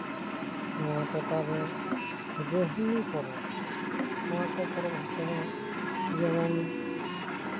ᱱᱚᱣᱟ ᱴᱚᱴᱷᱟᱨᱮ ᱨᱳᱦᱱᱤ ᱯᱚᱨᱚᱵᱽ ᱱᱚᱣᱟᱠᱚ ᱯᱚᱨᱚᱵᱽ ᱠᱚᱦᱚᱸ ᱡᱮᱢᱚᱱ